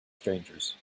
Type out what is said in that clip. strangers